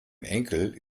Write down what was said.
enkel